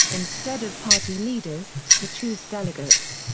instead of party leaders, to choose delegates.